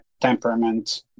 temperament